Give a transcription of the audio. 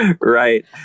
right